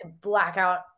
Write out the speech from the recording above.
blackout